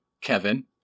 Kevin